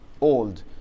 old